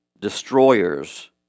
destroyers